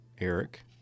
Eric